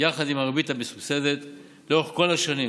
יחד עם הריבית המסובסדת לאורך כל השנים.